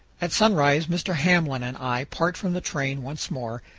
at sunrise mr. hamblin and i part from the train once more,